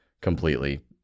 completely